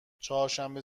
چهارشنبه